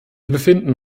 befinden